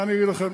למה לא 45 יום?